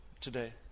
today